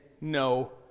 no